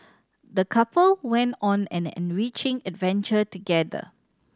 the couple went on an enriching adventure together